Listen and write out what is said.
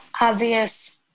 obvious